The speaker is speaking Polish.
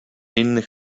innych